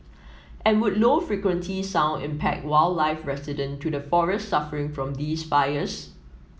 and would low frequency sound impact wildlife resident to the forests suffering from these fires